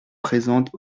présentes